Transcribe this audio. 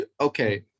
okay